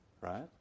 right